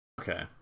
Okay